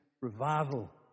revival